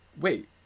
wait